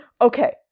okay